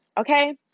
Okay